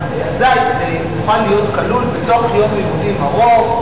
אזי זה יוכל להיות כלול בתוך יום לימודים ארוך,